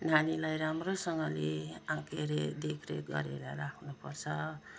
नानीलाई राम्रोसँगले के अरे देखरेख गरेर राख्नुपर्छ